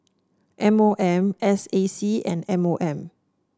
M O M S A C and M O M